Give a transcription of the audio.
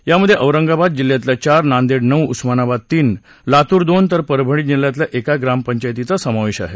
यामध्ये औरंगाबाद जिल्ह्यातल्या चार नांदेड नऊ उस्मानाबाद तीन लातूर दोन तर परभणी जिल्ह्यातल्या एका ग्रामपंचायतींचा समावेश आहे